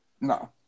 No